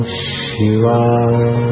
Shiva